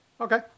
Okay